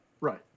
Right